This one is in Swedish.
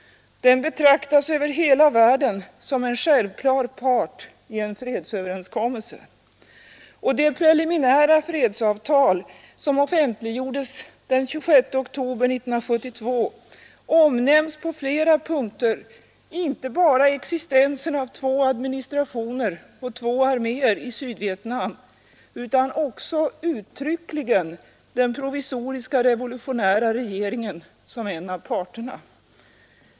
Den betraktas över hela världen som en självklar part i en fredsöverenskommelse. Och i det preliminära fredsavtal, som offentliggjordes den 26 oktober 1972, omnämns på flera punkter inte bara existensen av två administrationer och två arméer i Sydvietnam utan också uttryckligen den provisoriska revolutionära regeringen som en av parterna.